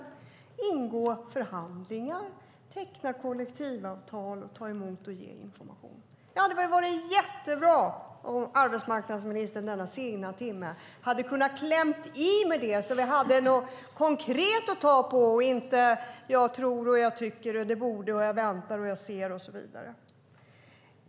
Det handlar om att ingå förhandlingar, teckna kollektivavtal och ta emot och ge information. Det hade varit jättebra om arbetsmarknadsministern i denna sena timme hade kunnat klämma i med det så att vi hade något konkret att ta på i stället för detta: Jag tror, jag tycker, det borde, jag väntar och ser och så vidare.